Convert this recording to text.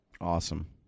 Awesome